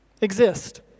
exist